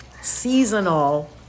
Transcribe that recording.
seasonal